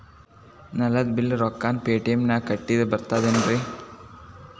ನಳದ್ ಬಿಲ್ ರೊಕ್ಕನಾ ಪೇಟಿಎಂ ನಾಗ ಕಟ್ಟದ್ರೆ ಬರ್ತಾದೇನ್ರಿ?